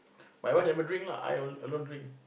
my wife never drink lah I alone drink